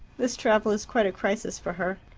this travel is quite a crisis for her.